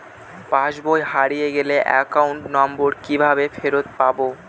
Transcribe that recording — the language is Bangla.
পাসবই হারিয়ে গেলে অ্যাকাউন্ট নম্বর কিভাবে ফেরত পাব?